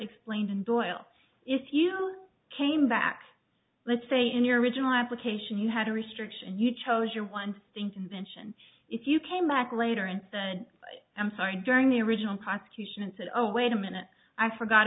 explained and doyle if you came back let's say in your original application you had a restriction and you chose your one sting convention if you came back later and said i'm sorry during the original constitution and said oh wait a minute i forgot